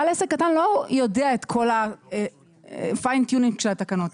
בעל עסק קטן לא יודע את כל הפיין טיונינג של התקנות האלה.